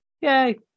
Yay